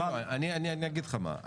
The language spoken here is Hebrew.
אני אגיד לך מה,